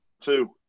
two